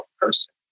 person